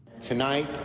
Tonight